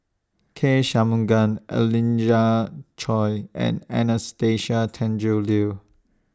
K Shanmugam Angelina Choy and Anastasia Tjendri Liew